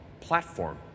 platform